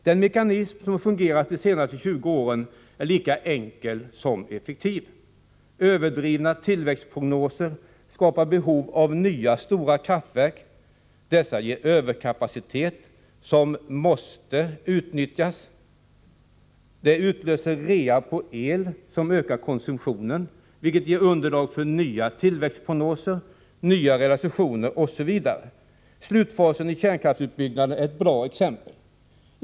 Den mekanism som fungerat de senaste 20 åren är lika enkel som effektiv. Överdrivna tillväxtprognoser skapar behov av nya stora kraftverk. Dessa ger överkapacitet som måste utnyttjas. Det utlöser rea på el som ökar konsumtion, vilket ger underlag för nya tillväxtprognoser, nya realisationer osv. Slutfasen i kärnkraftsutbyggnaden är ett bra exempel.